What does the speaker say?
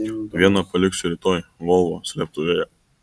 vieną paliksiu rytoj volvo slėptuvėje